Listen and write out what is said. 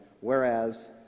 whereas